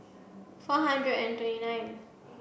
four hundred and twenty nine